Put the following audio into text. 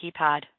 keypad